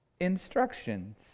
instructions